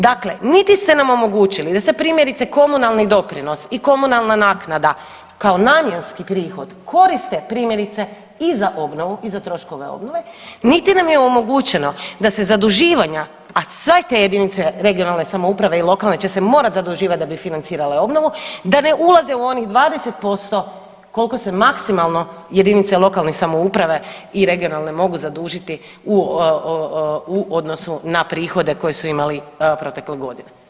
Dakle, niti ste nam omogućili da se primjerice, komunalni doprinosi i komunalna naknada kao namjenski prihod, koriste, primjerice i za obnovu i za troškove obnove niti nam je omogućeno da se zaduživanja, a sve te jedinice regionalne samouprave i lokalne će se morati zaduživati da bi financirale obnovu, da ne ulaze u onih 20% koliko se maksimalno jedinice lokalne samouprave i regionalne mogu zadužiti u odnosu na prihode koje su imali protekle godine.